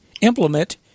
implement